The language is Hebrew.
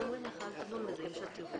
לא נמצא כאן.